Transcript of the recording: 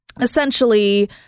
essentially